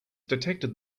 detected